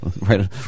right